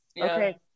Okay